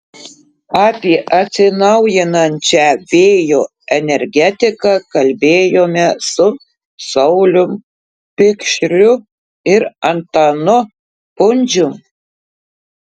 apie atsinaujinančią vėjo energetiką kalbėjome su saulium pikšriu ir antanu pundzium